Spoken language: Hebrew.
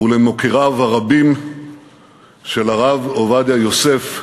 ולמוקיריו הרבים של הרב עובדיה יוסף,